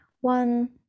one